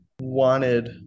wanted